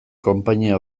konpainia